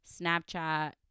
Snapchat